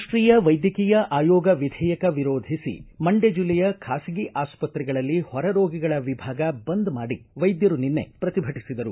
ರಾಷ್ಟೀಯ ವೈದ್ಯಕೀಯ ಆಯೋಗ ವಿಧೇಯಕ ವಿರೋಧಿಸಿ ಮಂಡ್ಯ ಜಿಲ್ಲೆಯ ಖಾಸಗಿ ಆಸ್ತ್ರೆಗಳಲ್ಲಿ ಹೊರ ರೋಗಿಗಳ ವಿಭಾಗ ಬಂದ್ ಮಾಡಿ ವೈದ್ಯರು ನಿನ್ನೆ ಪ್ರತಿಭಟಿಸಿದರು